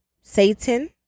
Satan